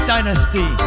Dynasty